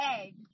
egg